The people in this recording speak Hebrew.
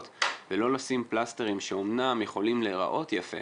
ולא נשים פלסטרים שאמנם יכולים להיראות יפה